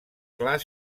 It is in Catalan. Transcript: clar